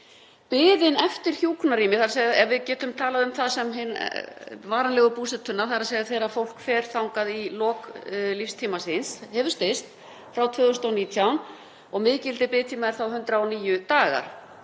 Biðin eftir hjúkrunarrými, þ.e. ef við getum talað um það sem varanlegu búsetuna, þ.e. þegar fólk fer þangað í lok líftíma síns, hefur styst frá 2019 og miðgildi biðtíma er þá 109 dagar.